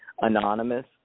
anonymous